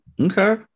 Okay